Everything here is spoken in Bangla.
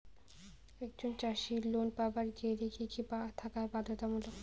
একজন চাষীর লোন পাবার গেলে কি কি থাকা বাধ্যতামূলক?